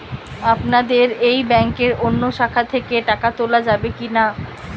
আপনাদের এই ব্যাংকের অন্য শাখা থেকে টাকা তোলা যাবে কি না?